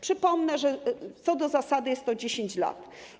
Przypomnę, że co do zasady jest to 10 lat.